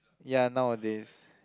ya nowadays